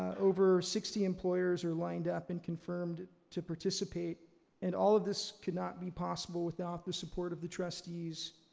over sixty employers are lined up and confirmed to participate and all of this could not be possible without the support of the trustees,